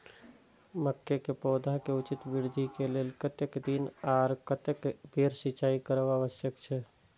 मके के पौधा के उचित वृद्धि के लेल कतेक दिन आर कतेक बेर सिंचाई करब आवश्यक छे?